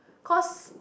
because